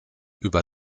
über